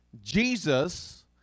Jesus